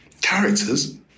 characters